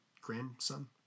Grandson